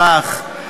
לפיכך,